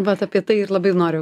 vat apie tai ir labai noriu